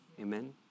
Amen